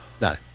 No